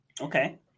Okay